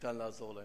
ניתן לעזור להם.